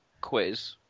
quiz